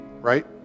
Right